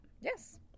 yes